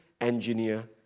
engineer